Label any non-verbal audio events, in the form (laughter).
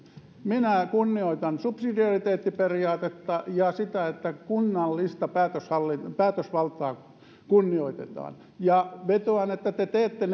minä kunnioitan subsidiariteettiperiaatetta ja sitä että kunnallista päätösvaltaa päätösvaltaa kunnioitetaan ja vetoan että te teette (unintelligible)